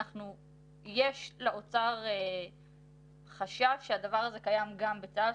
יש לאוצר חשש שהדבר הזה קיים גם בצה"ל,